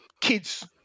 kids